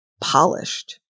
polished